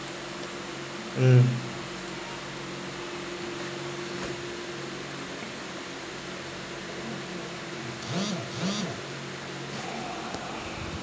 mm